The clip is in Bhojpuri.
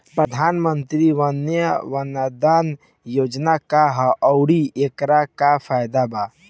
प्रधानमंत्री वय वन्दना योजना का ह आउर एकर का फायदा बा?